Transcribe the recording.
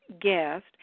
guest